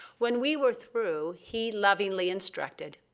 when we were through, he lovingly instructed,